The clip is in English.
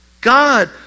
God